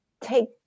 take